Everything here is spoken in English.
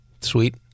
Sweet